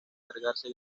descargarse